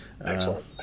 Excellent